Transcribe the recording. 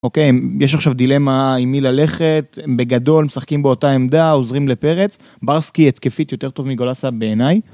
אוקיי, יש עכשיו דילמה עם מי ללכת, הם בגדול משחקים באותה עמדה, עוזרים לפרץ, ברסקי התקפית יותר טוב מגולסה בעיניי.